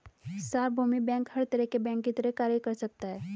सार्वभौमिक बैंक हर तरह के बैंक की तरह कार्य कर सकता है